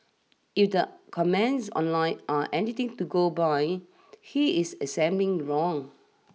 if the comments online are anything to go by he is assuming wrong